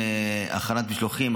הכנת משלוחים,